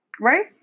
right